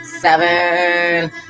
Seven